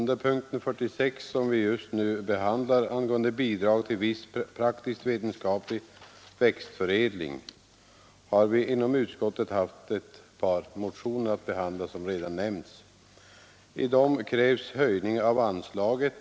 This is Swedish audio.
Herr talman! Under punkten 46, Bidrag till viss praktiskt vetenskaplig växtförädling, har vi inom utskottet behandlat ett par motioner i vilka krävs höjning av anslaget.